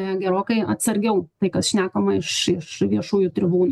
gerokai atsargiau tai kas šnekama iš iš viešųjų tribūnų